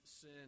sin